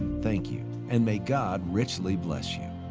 thank you and may god richly bless you.